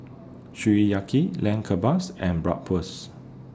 Sukiyaki Lamb Kebabs and Bratwurst